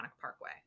Parkway